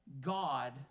God